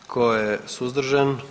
Tko je suzdržan?